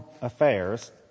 affairs